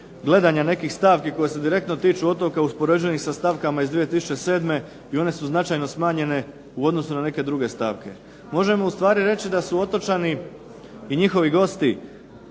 gledanja nekih stavki koje se direktno tiču otoka uspoređenih sa stavkama iz 2007. i one su značajno smanjene u odnosu na neke druge stavke. Možemo ustvari reći da su otočani i njihovi gosti